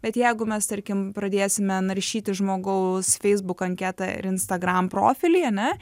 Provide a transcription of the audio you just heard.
bet jeigu mes tarkim pradėsime naršyti žmogaus facebook anketą ir instagram profilį ane